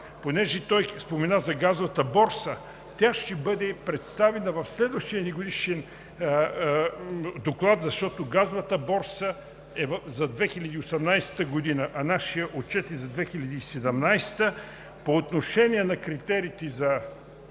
понеже той спомена за газовата борса, тя ще бъде представена в следващия ни годишен доклад, защото газовата борса е за 2019 г., а нашият отчет е за 2018 г. По отношение на критериите за